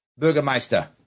Bürgermeister